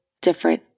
different